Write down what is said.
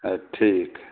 ठीक है